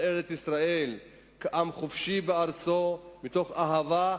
בארץ-ישראל, כעם חופשי בארצו, מתוך אהבה,